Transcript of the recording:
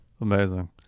amazing